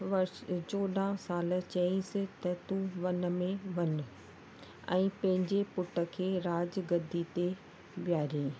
वर्ष चोॾहं साल चयईस त तू वन में वञ ऐं पंहिंजे पुटु खे राजगद्दीअ ते वेहारयईं